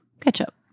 ketchup